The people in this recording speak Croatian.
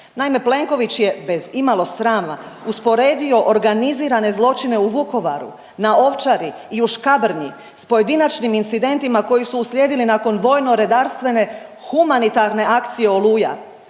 Naime, Plenković je bez imalo srama usporedio organizirane zločine u Vukovaru, na Ovčari i u Škabrnji, s pojedinačnim incidentima koji su uslijedili nakon vojno-redarstvene humanitarne akcije Oluja.